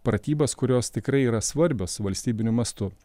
pratybas kurios tikrai yra svarbios valstybiniu mastu